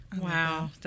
wow